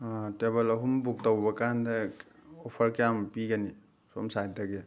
table ꯑꯍꯨꯝ book ꯇꯧꯕ ꯀꯥꯟꯗ ꯑꯣꯐꯔ ꯀꯌꯥꯝ ꯄꯤꯒꯅꯤ ꯁꯣꯝ ꯁꯥꯏꯠꯇꯒꯤ